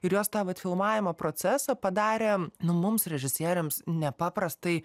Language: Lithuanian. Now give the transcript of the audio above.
ir jos tą vat filmavimo procesą padarė nu mums režisieriams nepaprastai